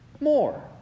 more